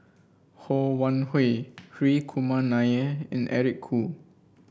Ho Wan Hui Hri Kumar Nair and Eric Khoo